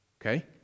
Okay